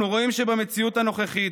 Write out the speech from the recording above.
אנחנו רואים שבמציאות הנוכחית,